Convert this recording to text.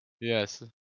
Yes